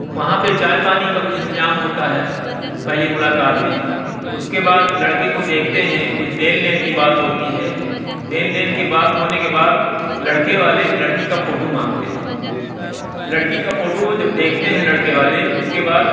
وہاں پہ چائے پانی کا کچھ انتظام ہوتا ہے پہلی ملاقات میں اس کے بعد لڑکے کو دیکھتے ہیں کچھ دین لین کی بات ہوتی ہے دین لین کی بات ہونے کے بعد لڑکے والے لڑکی کا فوٹو مانگتے ہیں لڑکی کا فوٹو جب دیکھتے ہیں لڑکے والے اس کے بعد